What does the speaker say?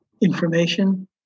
information